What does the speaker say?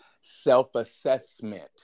self-assessment